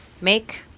make